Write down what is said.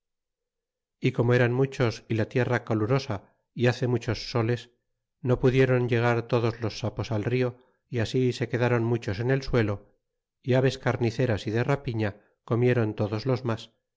y como eran muchos y la tierra calurosa y hace muchos soles no pudieron llegar todos los sapos al rio y así se quedaron muchos en el suelo y aves carniceras y de rapiña comieron todos los mas